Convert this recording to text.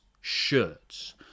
shirts